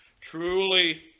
truly